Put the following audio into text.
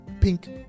pink